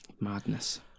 Madness